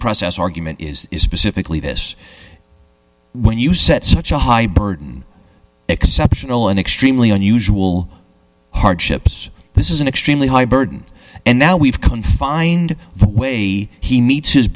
process argument is specifically this when you set such a high burden exceptional and extremely unusual hardships this is an extremely high burden and now we've confined the way he meets his